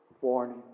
Warning